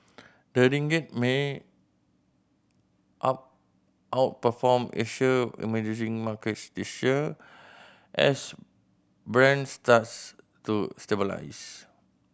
the ringgit may out outperform Asia emerging markets this year as Brent starts to stabilise